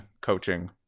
coaching